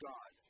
God